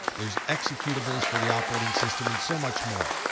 there's executable for the operating system and so much more.